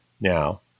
now